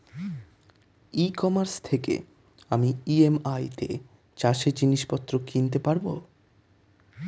ই commerce থেকে আমি EMI তে চাষে জিনিসপত্র কিনতে পারব?